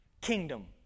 kingdom